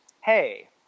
Hey